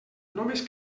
només